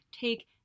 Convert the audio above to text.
take